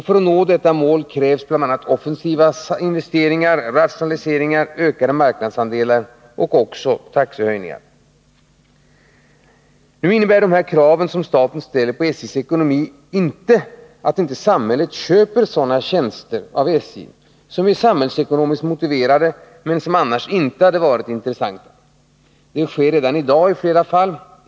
För att nå detta mål krävs bl.a. offensiva investeringar, rationaliseringar, ökade marknadsandelar och taxehöjningar. Statens krav på SJ:s ekonomi utesluter inte att samhället köper sådana tjänster av SJ som är samhällsekonomiskt motiverade men som annars inte hade varit intressanta. Detta sker redan i dag i flera fall.